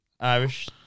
Irish